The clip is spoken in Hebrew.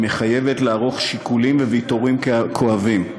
היא מחייבת לערוך שיקולים וויתורים כואבים.